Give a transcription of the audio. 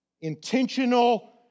Intentional